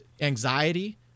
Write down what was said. anxiety